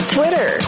Twitter